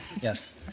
Yes